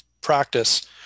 practice